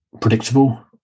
predictable